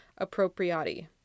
Appropriati